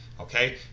okay